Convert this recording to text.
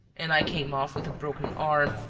and i came off with a broken arm,